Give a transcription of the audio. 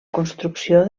construcció